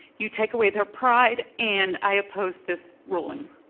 you take away their pride, and i oppose this ruling.